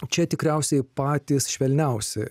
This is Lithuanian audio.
čia tikriausiai patys švelniausi